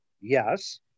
Yes